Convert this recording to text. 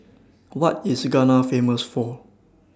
What IS Ghana Famous For